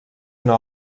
una